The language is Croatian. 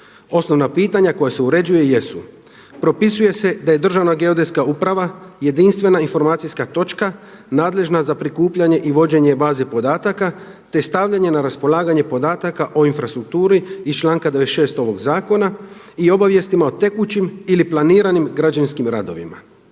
Osnovna pitanja koja se uređuju jesu: propisuje se da je Državna geodetska uprava jedinstvena informacijska točka nadležna za prikupljanje i vođenje baze podataka, te stavljanje na raspolaganje podataka o infrastrukturi iz članka 96. ovog Zakona i obavijestima o tekućim ili planiranim građevinskim radovima.